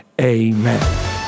amen